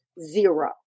zero